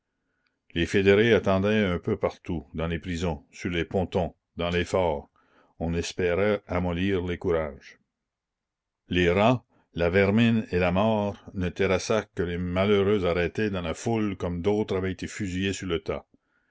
les fédérés attendaient un peu partout dans les prisons sur les pontons dans les forts on espérait amollir les courages les rats la vermine et la mort ne terrassaient que les malheureux arrêtés dans la foule comme d'autres avaient été fusillés sur le tas